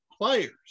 players